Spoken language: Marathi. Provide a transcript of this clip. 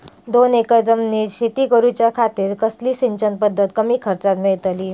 दोन एकर जमिनीत शेती करूच्या खातीर कसली सिंचन पध्दत कमी खर्चात मेलतली?